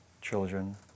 children